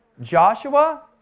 Joshua